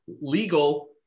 legal